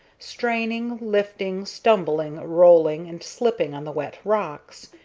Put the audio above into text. straining, lifting, stumbling, rolling, and slipping on the wet rocks,